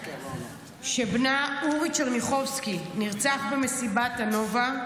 שבנה אורי טשרניחובסקי נרצח במסיבת הנובה,